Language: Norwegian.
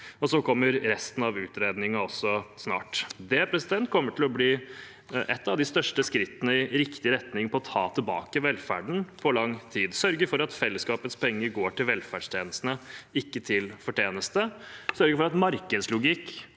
vekst. Resten av utredningen kommer snart. Det kommer til å bli et av de største skrittene i riktig retning for å ta tilbake velferden på lang tid – sørge for at fellesskapets penger går til velferdstjenestene, ikke til fortjeneste, og sørge for at markedslogikk,